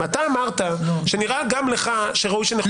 אתה אמרת שנראה גם לך שראוי שנחוקק את הדבר הזה.